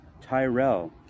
Tyrell